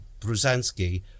Brzezinski